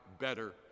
better